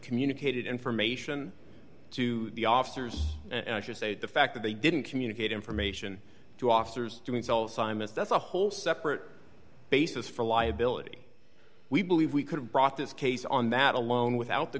communicated information to the officers and i should say the fact that they didn't communicate information to officers doing cell simas that's a whole separate basis for liability we believe we could have brought this case on that alone without the